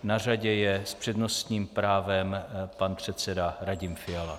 Na řadě je s přednostním právem pan předseda Radim Fiala.